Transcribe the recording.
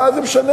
מה זה משנה?